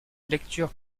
lecture